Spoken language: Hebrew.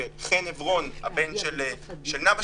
שחן עברון הבן של נאוה,